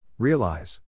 Realize